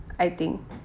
I think